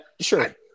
Sure